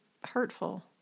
hurtful